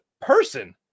person